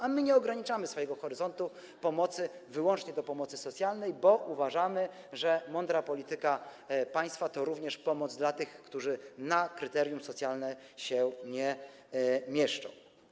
A my nie ograniczamy swojego horyzontu pomocy wyłącznie do pomocy socjalnej, bo uważamy, że mądra polityka państwa to również pomoc dla tych, którzy w kryterium socjalnym się nie mieszczą.